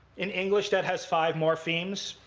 in english, that has five morphemes.